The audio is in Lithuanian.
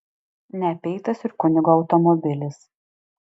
neapeitas ir kunigo automobilis